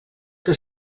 que